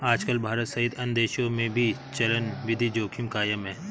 आजकल भारत सहित अन्य देशों में भी चलनिधि जोखिम कायम है